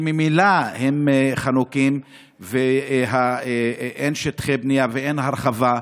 שממילא הם חנוקים ואין שטחי בנייה ואין הרחבה.